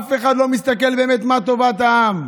אף אחד לא מסתכל באמת מה טובת העם.